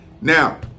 Now